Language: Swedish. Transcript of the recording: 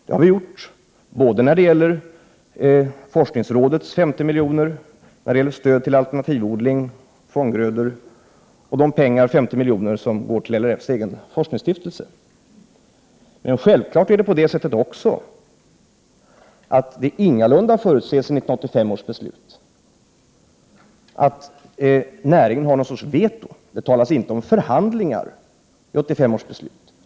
Det har vi gjort när det gäller såväl forskningsrådets 50 miljoner, stödet till alternativ odling och fånggrödor som de 50 miljoner som går till LRF:s egen forskningsstiftelse. Men det är självfallet också på det sättet att det ingalunda förutses i 1985 års beslut att näringen har någon sorts veto. Det talas inte om förhandlingar i 1985 års beslut.